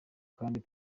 kandi